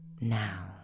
Now